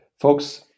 folks